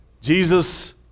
Jesus